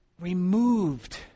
removed